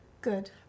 good